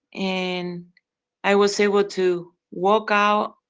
and i was able to walk out,